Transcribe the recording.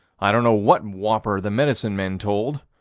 i don't know what whopper the medicine men told.